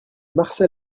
marcel